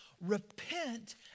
Repent